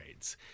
upgrades